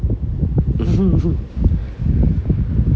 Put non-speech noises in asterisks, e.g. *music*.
*laughs*